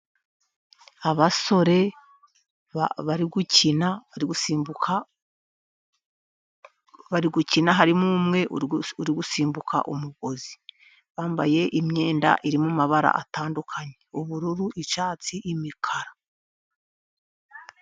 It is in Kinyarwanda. Abasore bari gukina, bari gusimbuka, bari gukina, harimo umwe uri gusimbuka umugozi, bambaye imyenda irimo amabara atandukanye, ubururu, icyatsi, imikara.